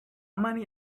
many